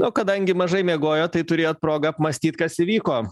o kadangi mažai miegojot tai turėjot progą apmąstyt kas įvyko